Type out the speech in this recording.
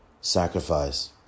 sacrifice